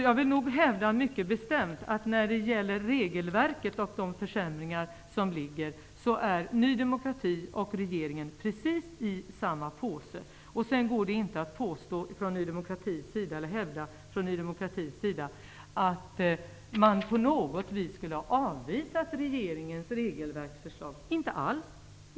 Jag hävdar bestämt att när det gäller förslag på försämringar i regelverket är Ny demokrati och regeringen precis i samma påse. Ny demokrati kan inte hävda att partiet på något vis skulle ha avvisat regeringens förslag på regelverk.